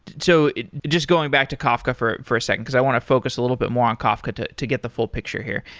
so just going back to kafka for for a second, because i want to focus a little bit more on kafka to to get the full picture here.